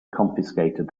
confiscated